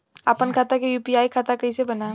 आपन खाता के यू.पी.आई खाता कईसे बनाएम?